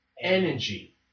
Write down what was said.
energy